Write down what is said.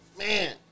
man